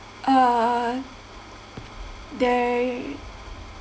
uh there